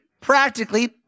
practically